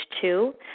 two